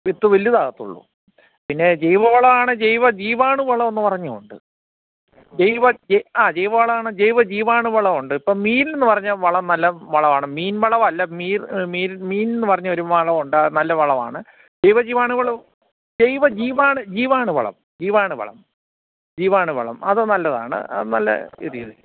വിത്ത് വലുതാകത്തുള്ളൂ പിന്നെ ജൈവളമാണ് ജൈവ ജീവാണു വളമെന്ന് പറഞ്ഞും ഉണ്ട് ജൈവ ജയ് ആ ജൈവവളമാണ് ജൈവജീവാണു വളം ഉണ്ട് ഇപ്പോൾ മീനിൽന്ന് പറഞ്ഞ വളം നല്ല വളവാണ് മീൻ വളമല്ല മീർ മീൻ മീൻന്ന് പറഞ്ഞൊരു വളമുണ്ട് അത് നല്ല വളമാണ് ജൈവജീവാണു വളവും ജൈവജീവാണു ജീവാണു വളം ജീവാണു വളം ജീവാണു വളം അത് നല്ലതാണ് അത് നല്ല ഇത്